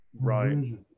Right